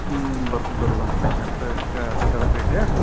ಹ್ಞೂ ಬರ್ತೇನೆ ತೊಗೋರಿ ಒಂದು ಪೇಶಂಟಕ್ಕೆ ಆಟಿಕದನ ರಿ ಇಲ್ಲಿ